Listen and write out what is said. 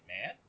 man